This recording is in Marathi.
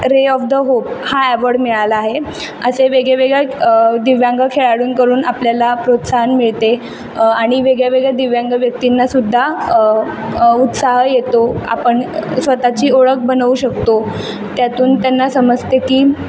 रे ऑफ द होप हा ॲवॉर्ड मिळाला आहे असे वेगवेगळ्या दिव्यांग खेळाडूंकडून आपल्याला प्रोत्साहन मिळते आणि वेगळ्या वेगळ्या दिव्यांग व्यक्तींनासुद्धा उत्साह येतो आपण स्वत ची ओळख बनवू शकतो त्यातून त्यांना समजते की